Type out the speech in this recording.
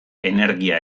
energia